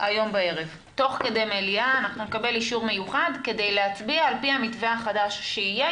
תוך כדי המליאה נקבל אישור מיוחד כדי להצביע על פי המתווה החדש שיהיה.